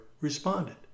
responded